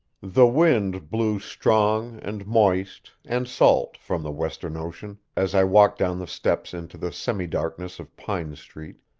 the wind blew strong and moist and salt from the western ocean as i walked down the steps into the semi-darkness of pine street.